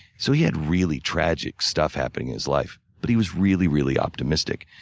so he had really tragic stuff happening in his life, but he was really, really optimistic.